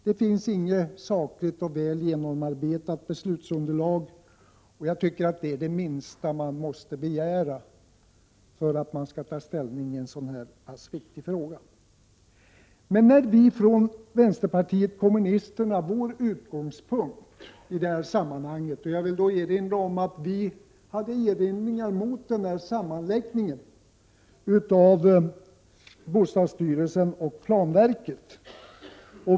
Det minsta man kan begära för att ta ställning i en så pass viktig fråga är ett sakligt och väl genomarbetat beslutsunderlag. Vpk hade erinringar mot sammanläggningen av bostadsstyrelsen och planverket.